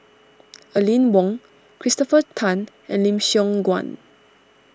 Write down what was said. Aline Wong Christopher Tan and Lim Siong Guan